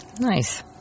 Nice